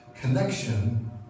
Connection